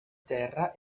terra